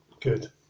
good